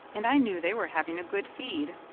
and i knew they were having a good feed.